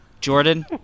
Jordan